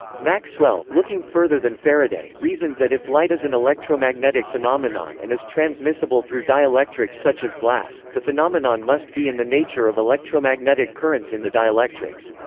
maxwell, looking further than faraday, reasoned that if light is an electromagnetic phenomenon and is transmissible through dielectrics such as glass, the phenomenon must be in the nature of electromagnetic currents in the dielectrics.